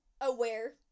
aware